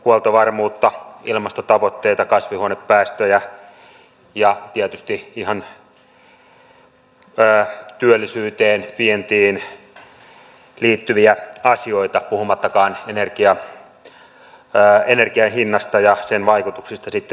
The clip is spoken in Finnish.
huoltovarmuutta ilmastotavoitteita kasvihuonepäästöjä ja tietysti ihan työllisyyteen vientiin liittyviä asioita puhumattakaan energianhinnasta ja sen vaikutuksista sitten vientituotteisiin